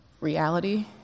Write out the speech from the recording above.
Reality